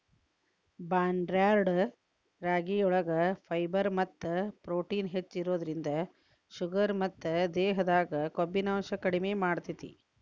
barnyard ರಾಗಿಯೊಳಗ fibre ಮತ್ತ protein ಹೆಚ್ಚಿರೋದ್ರಿಂದ ಶುಗರ್ ಮತ್ತ ದೇಹದಾಗ ಕೊಬ್ಬಿನಾಂಶ ಕಡಿಮೆ ಮಾಡ್ತೆತಿ